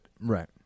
Right